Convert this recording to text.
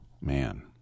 man